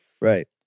Right